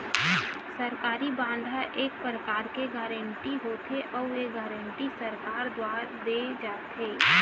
सरकारी बांड ह एक परकार के गारंटी होथे, अउ ये गारंटी सरकार दुवार देय जाथे